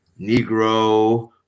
Negro